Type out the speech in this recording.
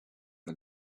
the